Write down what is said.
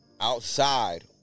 outside